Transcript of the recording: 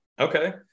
Okay